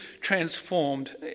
transformed